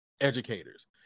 educators